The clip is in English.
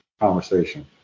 conversation